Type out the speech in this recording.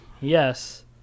Yes